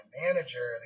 manager